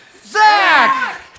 Zach